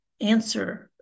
answer